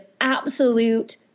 absolute